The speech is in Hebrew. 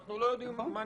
אנחנו לא יודעים מה נפלט.